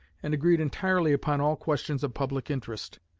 and agreed entirely upon all questions of public interest.